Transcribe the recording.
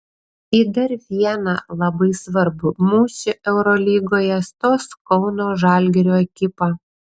į dar vieną labai svarbų mūšį eurolygoje stos kauno žalgirio ekipa